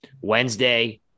Wednesday